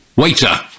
Waiter